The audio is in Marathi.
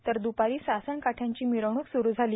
तर द्रपारी सासण काठ्यांची मिरवणूक सुरू झाली